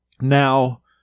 Now